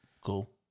Cool